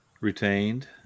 retained